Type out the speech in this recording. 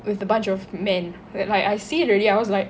with a bunch of men where I see already I was like